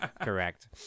correct